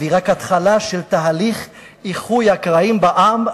והיא רק התחלה של תהליך איחוי הקרעים בעם.